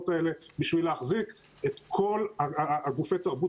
האלה כדי להחזיק את כל גופי התרבות